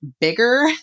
bigger